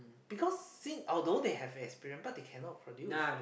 because thing although they have experience but they can not produce